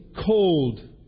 cold